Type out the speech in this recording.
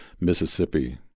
Mississippi